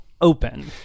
open